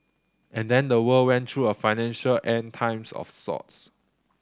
and then the world went through a financial End Times of sorts